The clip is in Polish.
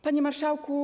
Panie Marszałku!